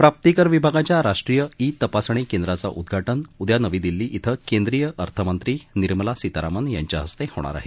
प्राप्तीकर विभागाच्या राष्ट्रीय ई तपासणी केंद्राचं उद्घाटन उद्या नवी दिल्ली बें केंद्रीय अर्थमंत्री निर्मला सीतारामन यांच्या हस्ते होणार आहे